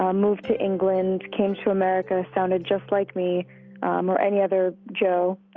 um moved to england, came to america, sounded just like me um or any other joe.